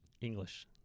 English